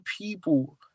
people –